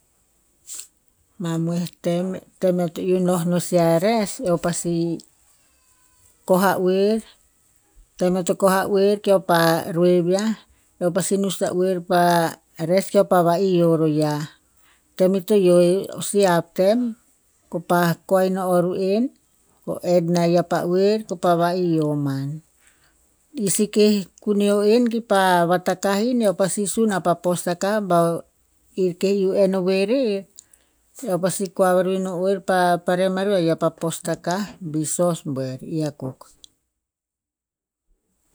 Mamoeh tem, tem eo to iu noh no si a res, eo pasi, koh a uer, tem eo to koh a uer keo pa roev yiah, eo pasi nus ta uer pa res kopa va ihio ro yiah. Tem i to hio e, o si hap tem, kopah koa ino o ru'en, ko ed na yiah pa uer, kopa va ihio man. I sekeh kuneo en, kipa vatakah in eo pasi sun a pa postakah bah i keh iu en ovoe rer, eo pasi koa varu ino oer pa parem aru a yiah pa postakah bi sos buer. I akuk